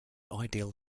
ideal